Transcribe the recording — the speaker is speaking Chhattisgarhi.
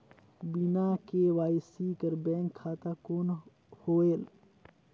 बिना के.वाई.सी कर बैंक खाता कौन होएल?